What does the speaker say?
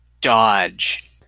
dodge